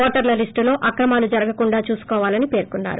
ఓటర్ష లిస్షులో అక్రమాలు జరగకుండా చూసుకోవాలని పేర్కోన్నారు